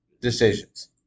decisions